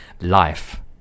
Life